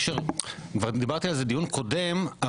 כבר דיברתי על זה בדיון הקודם,